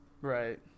Right